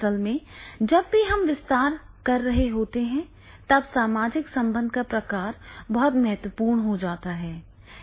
असल में जब भी हम विस्तार कर रहे होते हैं तब सामाजिक संबंध का प्रकार बहुत महत्वपूर्ण हो जाता है